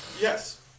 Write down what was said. Yes